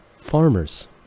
farmers